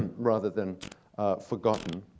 and rather than forgotten.